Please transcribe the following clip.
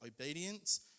obedience